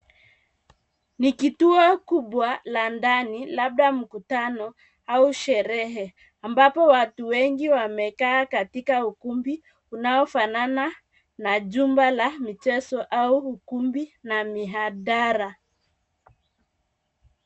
Ni kituo kubwa la ndani labda mkutano au sherehe ambapo watu wengi wamekaa katika ukumbi unaofanana na jumba la michezo au ukumbi na mihadhara.